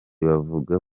bavuga